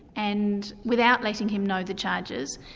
and without letting him know the charges,